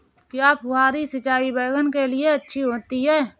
क्या फुहारी सिंचाई बैगन के लिए अच्छी होती है?